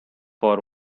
for